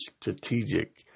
strategic